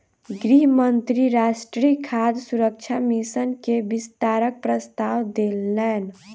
गृह मंत्री राष्ट्रीय खाद्य सुरक्षा मिशन के विस्तारक प्रस्ताव देलैन